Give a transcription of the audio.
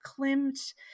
Klimt